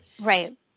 right